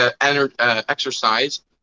exercise